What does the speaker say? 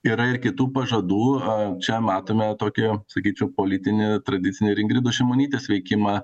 yra ir kitų pažadų a čia matome tokią sakyčiau politinį tradicinį ir ingridos šimonytės veikimą